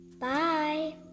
bye